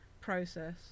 process